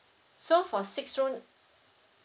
so for six room